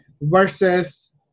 versus